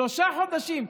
שלושה חודשים.